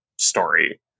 story